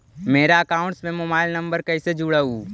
मेरा अकाउंटस में mobile number कैसे जुड़उ?